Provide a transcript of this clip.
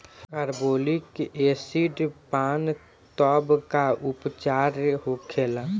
Carbolic acid पान तब का उपचार होखेला?